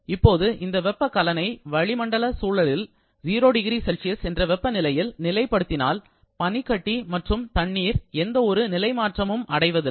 இப்போது இந்த வெப்ப கலனை வளிமண்டல சூழலில் 00C என்ற வெப்பநிலையில் நிலை படுத்தினால் பனிக்கட்டி மற்றும் தண்ணீர் எந்த ஒரு நிலைமாற்றமும் அடைவதில்லை